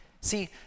See